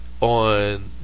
on